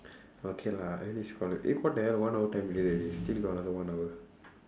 okay lah I think eh what the hell one hour ten minutes already still got another one hour